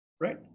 right